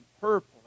purple